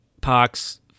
parks